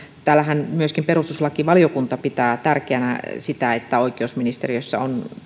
täällähän myöskin perustuslakivaliokunta pitää tärkeänä sitä että oikeusministeriössä on